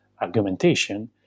argumentation